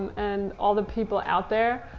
and all the people out there.